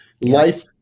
Life